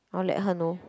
I'll let her know